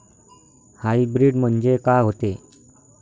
Hybrid म्हनजे का होते?